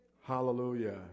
Hallelujah